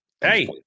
Hey